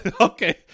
Okay